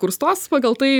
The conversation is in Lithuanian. kur stos pagal tai